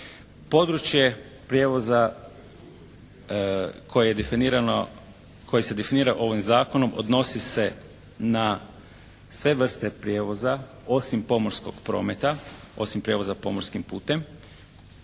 definirano, koje se definira ovim zakonom odnosi se na sve vrste prijevoza osim pomorskog prometa, osim prijevoza pomorskim putem,